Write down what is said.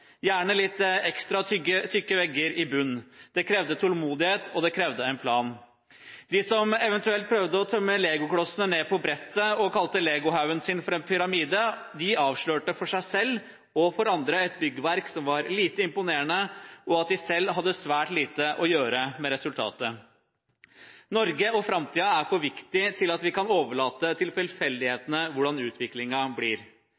gjerne litt ekstra tykke vegger i bunnen. Det krevde tålmodighet, og det krevde en plan. De som eventuelt prøvde å tømme legoklossene ned på brettet og kalte legohaugen sin for en pyramide, avslørte for seg selv og for andre et byggverk som var lite imponerende, og at de selv hadde svært lite å gjøre med resultatet. Norge og framtiden er for viktig til at vi kan overlate til tilfeldighetene hvordan utviklingen blir.